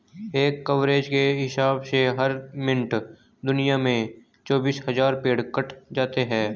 एक एवरेज के हिसाब से हर मिनट दुनिया में चौबीस हज़ार पेड़ कट जाते हैं